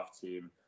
team